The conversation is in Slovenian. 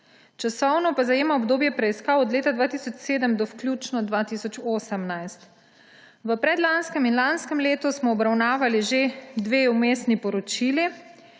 časovno pa zajema obdobje preiskav od leta 2007 do vključno 2018. V predlanskem in lanskem letu smo obravnavali že dve vmesni poročili.